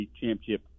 championship